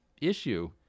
issue